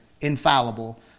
Infallible